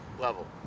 level